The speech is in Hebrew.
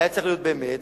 היה צריך להיות באמת,